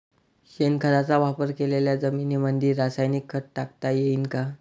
शेणखताचा वापर केलेल्या जमीनीमंदी रासायनिक खत टाकता येईन का?